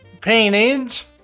paintings